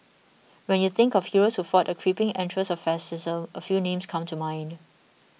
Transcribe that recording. when you think of heroes who fought the creeping entrails of fascism a few names come to mind